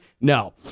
No